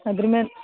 ಅದ್ರ ಮೇಲೆ